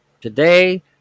Today